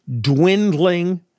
dwindling